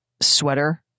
sweater